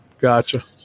Gotcha